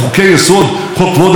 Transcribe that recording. חוק כבוד האדם וחירותו.